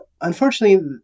Unfortunately